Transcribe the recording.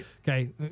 okay